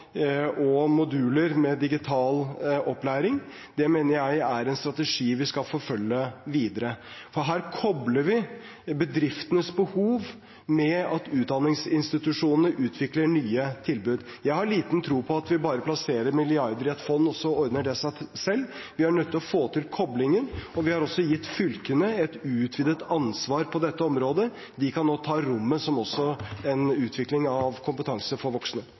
og moduler med digital opplæring, mener jeg er en strategi vi skal forfølge videre. For her kobler vi bedriftenes behov med at utdanningsinstitusjoner utvikler nye tilbud. Jeg har liten tro på at vi bare plasserer noen milliarder i et fond, og så ordner det seg selv. Vi er nødt til å få til koblingen, og vi har gitt fylkene et utvidet ansvar på dette området. De kan nå ta rommet som også en utvikling av kompetanse for voksne.